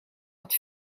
wat